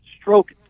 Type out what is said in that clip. stroke